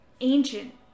ancient